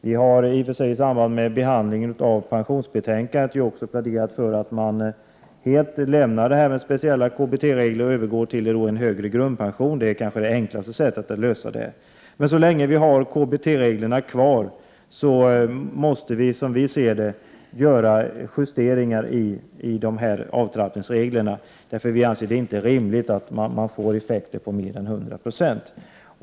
Vi har i och för sig i samband med behandlingen av pensionsbetänkandet pläderat för att helt lämna speciella KBT-regler och övergå till en högre grundpension. Det är kanske det enklaste sättet att lösa problemet. Så länge vi har KBT-reglerna kvar måste vi göra justeringar i avtrappningsreglerna. Vi anser det inte rimligt att de får effekter på över 100 96.